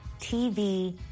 TV